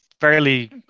fairly